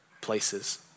places